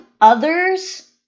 others